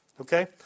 Okay